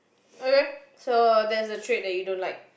eh so that's the trait that you don't like